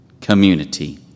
community